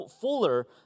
fuller